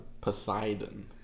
Poseidon